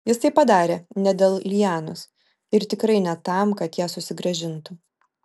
jis tai padarė ne dėl lianos ir tikrai ne tam kad ją susigrąžintų